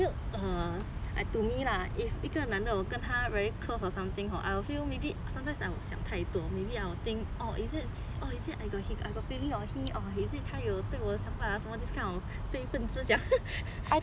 err to me lah if 一个男的我跟他 very close or something hor I'll feel maybe sometimes I will 想太多 maybe I will think or is it or is it I got feeling for him or is it 他对我有想法什么 this kind of 非分之想